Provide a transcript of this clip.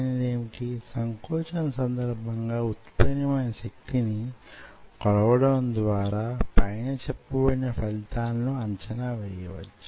ఒక వేళ దానిలో ఏదైనా చిన్న మార్పు వచ్చినా మీరు దాని సగటును లెక్కించవచ్చు